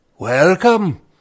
Welcome